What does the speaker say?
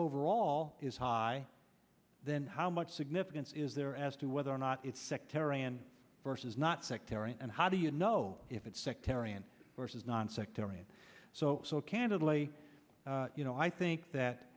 overall is high then how much significance is there as to whether or not it's sectarian versus not sectarian and how do you know if it's sectarian versus nonsectarian so so candidly you know i think